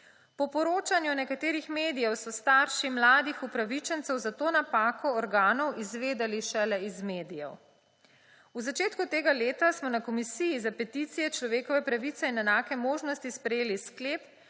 Po poročanju nekaterih medijev so starši mladih upravičencev za to napako organov izvedeli šele iz medijev. V začetku tega leta smo na Komisiji za peticije, človekove pravice in enake možnosti sprejeli sklep,